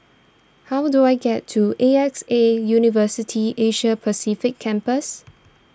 how do I get to A X A University Asia Pacific Campus